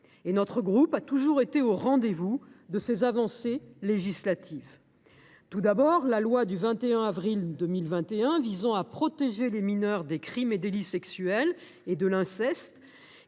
Notre groupe a toujours été au rendez vous des avancées législatives acquises en la matière. Tout d’abord, la loi du 21 avril 2021 visant à protéger les mineurs des crimes et délits sexuels et de l’inceste